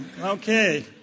Okay